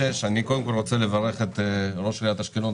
קודם כול אני רוצה לברך את ראש עיריית אשקלון,